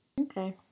Okay